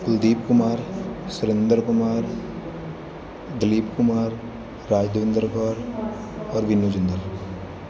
ਕੁਲਦੀਪ ਕੁਮਾਰ ਸੁਰਿੰਦਰ ਕੁਮਾਰ ਦਲੀਪ ਕੁਮਾਰ ਰਾਜਦਵਿੰਦਰ ਕੌਰ ਔਰ ਬੀਨੂ ਜਿੰਦਲ